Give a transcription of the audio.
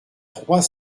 trois